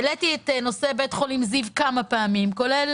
העליתי את נושא בית חולים זיו כמה פעמים כולל